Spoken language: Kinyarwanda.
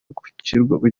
kugirwa